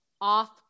off